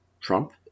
Trump